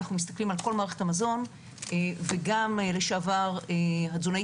אנחנו מסתכלים על כל מערכת המזון וגם לשעבר התזונאית